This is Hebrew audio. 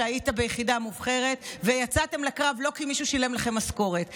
שהיית ביחידה מובחרת ויצאתם לקרב לא כי מישהו שילם לכם משכורת,